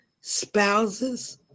spouses